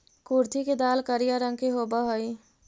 कुर्थी के दाल करिया रंग के होब हई